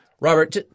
Robert